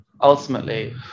ultimately